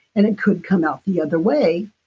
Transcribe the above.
and it could come out the other way,